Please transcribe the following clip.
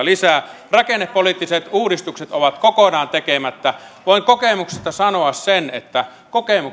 lisää rakennepoliittiset uudistukset ovat kokonaan tekemättä voin kokemuksesta sanoa sen että